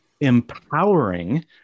empowering